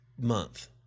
month